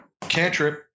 Cantrip